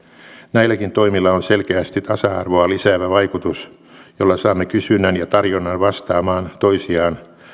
näilläkin toimilla on selkeästi tasa arvoa lisäävä vaikutus jolla saamme kysynnän ja tarjonnan vastaamaan toisiaan